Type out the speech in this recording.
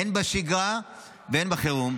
הן בשגרה והן בחירום.